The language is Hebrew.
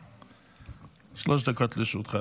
שלוש דקות לרשותך.